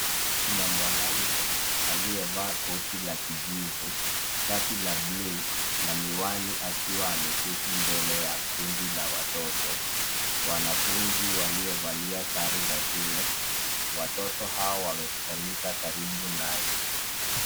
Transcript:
Kuna mwanaume aliyevaa koti la kijivu, shati la buluu na miwani akiwa ameketi mbele ya kundi la watoto wanafunzi waliovalia sare za shule. Watoto hawa wamekusanyika karibu naye.